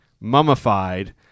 mummified